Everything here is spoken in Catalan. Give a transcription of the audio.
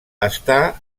està